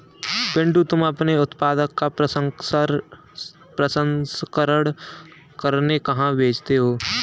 पिंटू तुम अपने उत्पादन को प्रसंस्करण करने कहां भेजते हो?